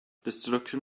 destruction